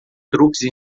truques